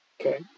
Okay